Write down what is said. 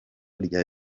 rya